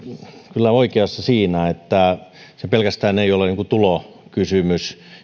kyllä oikeassa siinä että kannustinloukkukysymys ei ole pelkästään tulokysymys